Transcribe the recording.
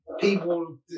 people